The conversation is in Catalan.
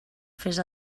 fes